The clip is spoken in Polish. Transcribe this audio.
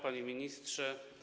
Panie Ministrze!